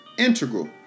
integral